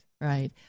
right